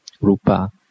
rupa